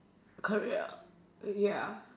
career ya